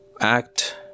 act